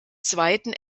zweiten